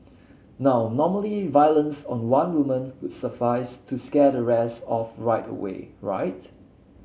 now normally violence on one woman would suffice to scare the rest off right away right